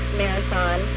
marathon